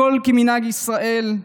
הכול כמנהג ישראל.